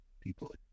People